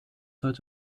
seit